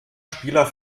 spieler